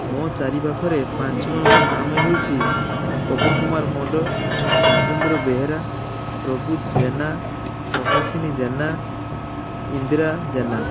ମୋ ଚାରି ପାଖରେ ପାଞ୍ଚ ଜଣଙ୍କ ନାମ ହେଉଛି ପପୁ କୁମାର ମଣ୍ଡଲ୍ ରାଜେନ୍ଦ୍ର ବେହେରା ପ୍ରବୃତ୍ତ ଜେନା ପ୍ରକାଶିନୀ ଜେନା ଇନ୍ଦିରା ଜେନା